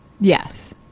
Yes